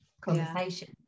conversation